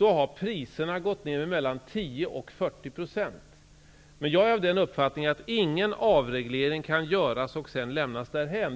har priserna gått ned med mellan 10 % och 40 %. Jag är av den uppfattningen att man inte kan göra en avreglering och sedan lämna den därhän.